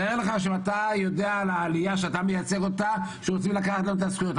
תאר לך שאתה יודע על העלייה שאתה מייצג אותה שרוצים לקחת לה את הזכויות,